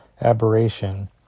aberration